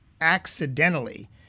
accidentally